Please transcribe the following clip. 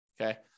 okay